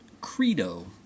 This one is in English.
Credo